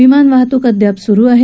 विमान वाहतूक अद्याप सुरु आहे